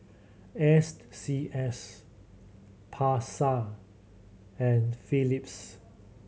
S C S Pasar and Philips